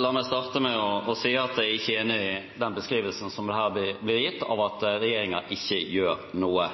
La meg starte med å si at jeg ikke er enig i den beskrivelsen som her ble gitt, om at regjeringen ikke gjør noe.